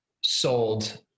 sold